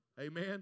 Amen